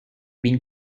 been